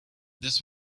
this